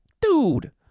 Dude